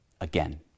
again